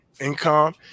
income